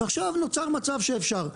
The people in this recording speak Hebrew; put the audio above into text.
ועכשיו נוצר מצב שאפשר,